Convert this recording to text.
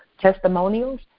testimonials